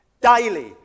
Daily